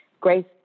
Grace